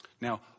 Now